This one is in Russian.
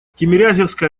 тимирязевская